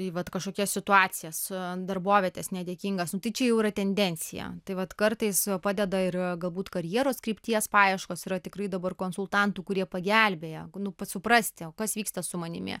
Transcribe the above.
į vat kažkokias situacijas darbovietes nedėkingas tai čia jau yra tendencija tai vat kartais padeda ir galbūt karjeros krypties paieškos yra tikrai dabar konsultantų kurie pagelbėja nu pats suprasti o kas vyksta su manimi